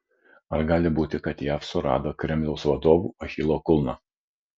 ar gali būti kad jav surado kremliaus vadovų achilo kulną